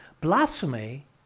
Blasphemy